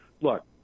look